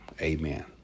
Amen